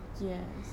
yes